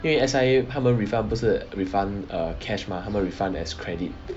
因为 S_I_A 他们 refund 不是 refund err cash mah 他们 refund as credit